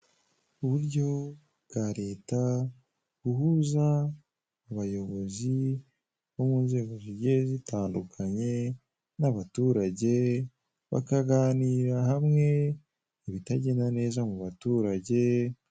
Uburyo bwa leta buhuza abayobozi bo mu nzego zigiye zitandukanye n'abaturage bakaganirira hamwe ibitagenda neza mu baturage.